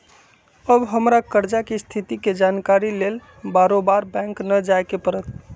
अब हमरा कर्जा के स्थिति के जानकारी लेल बारोबारे बैंक न जाय के परत्